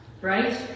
Right